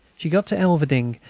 she got to elverdinghe,